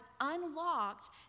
unlocked